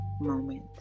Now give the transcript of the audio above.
moment